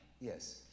Yes